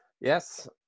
Yes